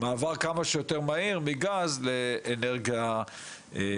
מעבר כמה שיותר מהיר מגז לאנרגיה מושבת,